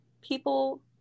people